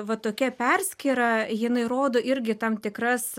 va tokia perskyra jinai rodo irgi tam tikras